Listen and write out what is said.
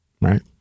right